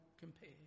compare